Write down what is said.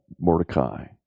Mordecai